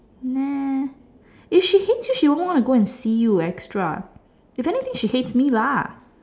neh if she hates you she won't want to go and see you extra if anything she hates me lah